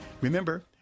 Remember